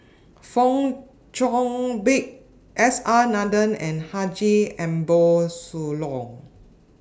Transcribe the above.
Fong Chong Pik S R Nathan and Haji Ambo Sooloh